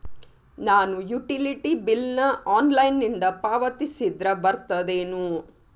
ನಾನು utility bill ನ ಆನ್ಲೈನಿಂದ ಪಾವತಿಸಿದ್ರ ಬರ್ತದೇನು?